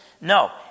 No